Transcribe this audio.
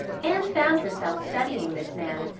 anne found herself studying this man.